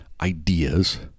ideas